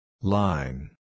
Line